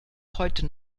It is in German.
heute